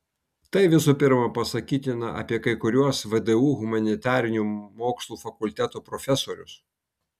tai visų pirma pasakytina apie kai kuriuos vdu humanitarinių mokslų fakulteto profesorius